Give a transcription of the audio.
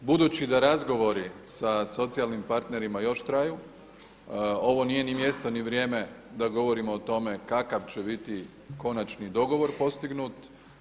Budući da razgovori sa socijalnim partnerima još traju ovo nije ni mjesto ni vrijeme da govorimo o tome kakav će biti konačni dogovor postignut.